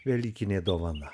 velykinė dovana